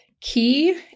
key